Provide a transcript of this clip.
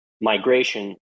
migration